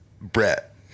Brett